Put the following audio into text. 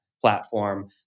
platform